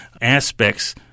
aspects